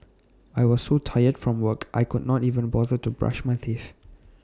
I was so tired from work I could not even bother to brush my teeth